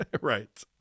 Right